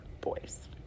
boys